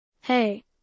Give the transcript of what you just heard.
Hey